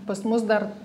pas mus dar